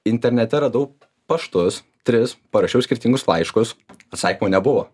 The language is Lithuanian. internete radau paštus tris parašiau skirtingus laiškus atsakymo nebuvo